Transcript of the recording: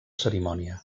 cerimònia